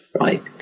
right